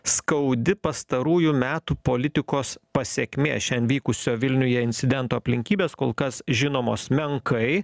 skaudi pastarųjų metų politikos pasekmė šian vykusio vilniuje incidento aplinkybės kol kas žinomos menkai